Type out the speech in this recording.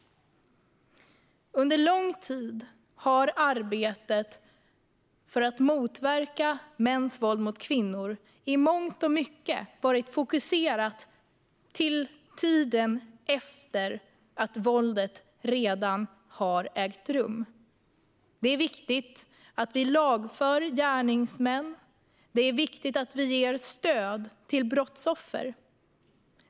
Under lång tid har arbetet för att motverka mäns våld mot kvinnor i mångt och mycket varit fokuserat på tiden efter det att våldet redan har ägt rum. Det är viktigt att vi lagför gärningsmän och ger stöd till brottsoffer.